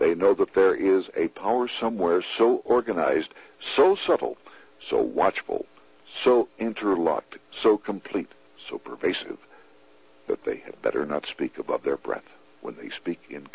they know that there is a power somewhere so organized so subtle so watchful so interlocked so complete so pervasive that they better not speak above their breath when they speak in